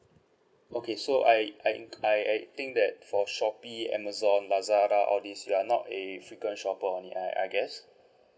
okay so I I ink I I think that for shopee amazon lazada all these you are not a frequent shopper online I guess